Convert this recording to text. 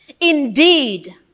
Indeed